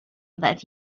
that